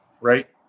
right